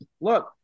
look